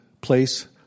Place